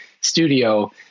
studio